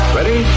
Ready